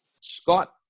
Scott